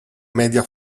media